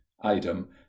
Item